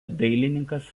dailininkas